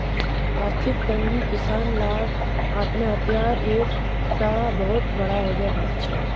आर्थिक तंगी किसान लार आत्म्हात्यार एक टा बहुत बड़ा वजह छे